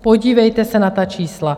Podívejte se na ta čísla.